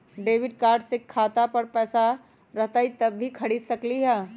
Debit card से खाता पर पैसा रहतई जब ही खरीद सकली ह?